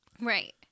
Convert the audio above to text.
Right